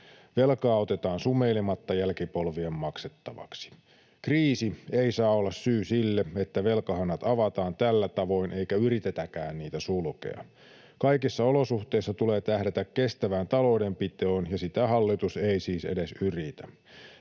Velkaa otetaan sumeilematta jälkipolvien maksettavaksi. Kriisi ei saa olla syy sille, että velkahanat avataan tällä tavoin eikä yritetäkään niitä sulkea. Kaikissa olosuhteissa tulee tähdätä kestävään taloudenpitoon, ja sitä hallitus ei siis edes yritä.